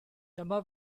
dyma